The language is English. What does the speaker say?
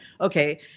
okay